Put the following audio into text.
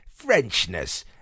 frenchness